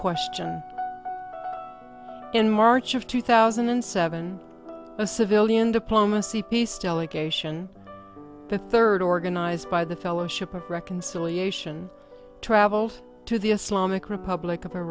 question in march of two thousand and seven a civilian diplomacy peace delegation the third organized by the fellowship of reconciliation travel to the republic